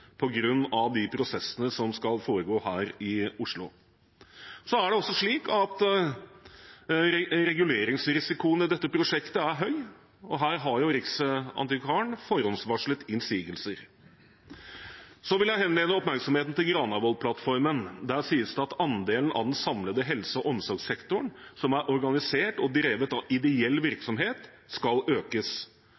de prosessene som skal foregå her i Oslo. Så er det også slik at reguleringsrisikoen i dette prosjektet er høy, og her har Riksantikvaren forhåndsvarslet innsigelser. Så vil jeg henlede oppmerksomheten til Granavolden-plattformen. Der sies det at andelen av den samlede helse- og omsorgssektoren som er organisert og drevet av ideell